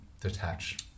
detach